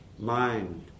Mind